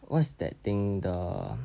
what's that thing the